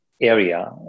area